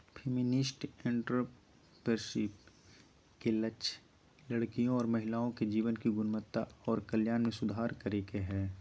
feminist entrepreneurship के लक्ष्य लड़कियों और महिलाओं के जीवन की गुणवत्ता और कल्याण में सुधार करे के हय